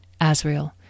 Asriel